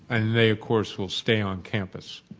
and they of course will stay on campus.